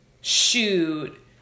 Shoot